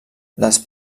les